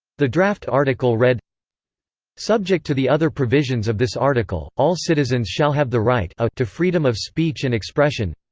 the draft article read subject to the other provisions of this article, all citizens shall have the right ah to freedom of speech and expression,